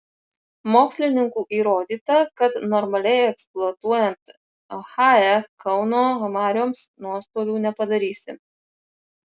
mokslininkų įrodyta kad normaliai eksploatuojant hae kauno marioms nuostolių nepadarysi